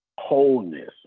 wholeness